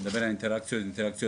אני מדבר על אינטראקציות בדיגיטל,